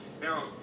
now